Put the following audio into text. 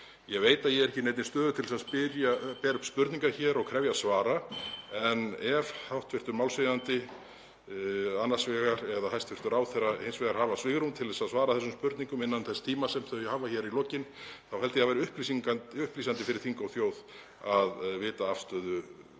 Ég veit að ég er ekki í neinni stöðu til að bera upp spurningar hér og krefjast svara en ef hv. málshefjandi annars vegar eða hæstv. ráðherra hins vegar hafa svigrúm til að svara þessum spurningum innan þess tíma sem þau hafa hér í lokin þá held ég að það væri upplýsandi fyrir þing og þjóð að vita afstöðu